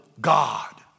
God